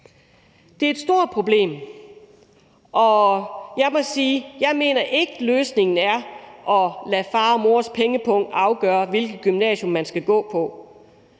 Det er et stort problem, og jeg må sige, at jeg ikke mener, at løsningen er at lade fars og mors pengepung afgøre, hvilket gymnasium man skal gå på.